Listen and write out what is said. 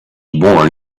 born